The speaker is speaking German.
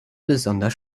besonders